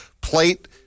plate